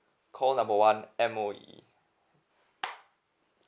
call number one M_O_E